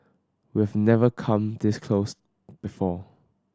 we've never come disclose before